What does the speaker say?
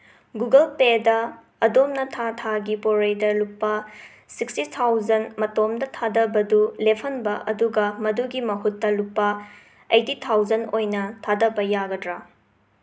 Google ꯄꯦꯗ ꯑꯗꯣꯝꯅ ꯊꯥ ꯊꯥꯒꯤ ꯄꯣꯏꯔꯩꯗ ꯂꯨꯄꯥ ꯁꯤꯛꯁꯇꯤ ꯊꯥꯎꯖꯟ ꯃꯇꯣꯝꯇ ꯊꯥꯗꯕꯗꯨ ꯂꯦꯞꯍꯟꯕ ꯑꯗꯨꯒꯤ ꯃꯗꯨꯒꯤ ꯃꯍꯨꯠꯇ ꯂꯨꯄꯥ ꯑꯥꯏꯇꯤ ꯊꯥꯎꯖꯟ ꯑꯣꯏꯅ ꯊꯥꯗꯕ ꯌꯥꯒꯗ꯭ꯔꯥ